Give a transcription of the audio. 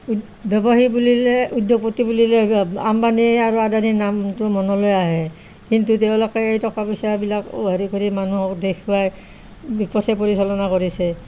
উই ব্যৱসায়ী বুলিলে উদ্যোগপতি বুলিলে আম্বানী আৰু আদানীৰ নামটো মনলৈ আহে কিন্তু তেওঁলোকে এই টকা পইচাবিলাক হেৰি কৰি মানুহক দেখুৱাই বিপথে পৰিচালনা কৰিছে